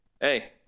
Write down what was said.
Hey